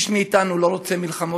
איש מאתנו לא רוצה מלחמות,